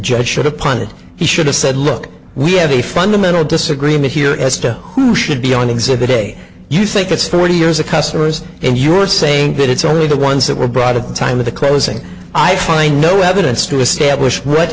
judge should have pondered he should have said look we have a fundamental disagreement here as to who should be on exhibit a you think it's forty years a customer's and you're saying that it's only the ones that were brought to the time of the closing i find no evidence to establish what